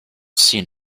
seen